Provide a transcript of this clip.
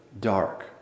dark